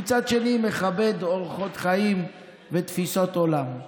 ומצד שני מכבד אורחות חיים ותפיסות עולם.